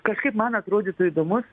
kažkaip man atrodytų įdomus